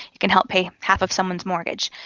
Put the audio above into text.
you can help pay half of someone's mortgage.